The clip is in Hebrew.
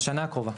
בשנה הקרובה.